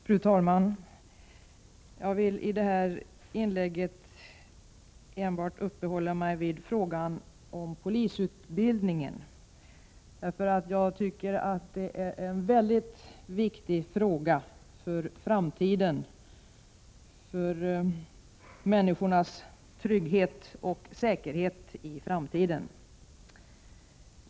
Fru talman! Jag vill i det här inlägget enbart uppehålla mig vid frågan om polisutbildningen. Det är en för människornas trygghet och säkerhet i framtiden mycket viktig fråga.